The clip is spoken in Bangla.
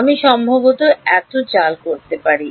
আমি সম্ভবত এত জাল করতে পারি